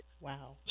Wow